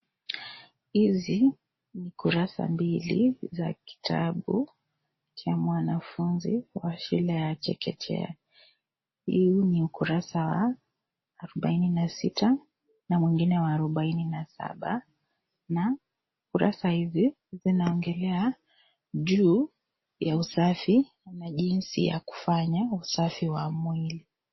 Hizi ni kurasa mbili za kitabu cha mwanafunzi wa shule ya chekechea, hii ni ukurasa arubaini na sita na mwingine wa arubaini na saba na kurasa hizi zinaongelelea juu ya usafii na jinsi ya kufanya usafi wa mwili .